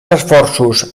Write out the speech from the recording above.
esforços